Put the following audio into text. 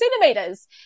centimeters